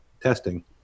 testing